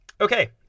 Okay